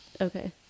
Okay